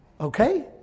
Okay